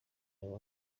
yaba